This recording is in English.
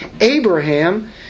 Abraham